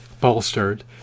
bolstered